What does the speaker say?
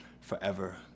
forever